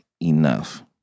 enough